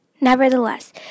Nevertheless